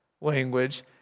language